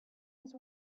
his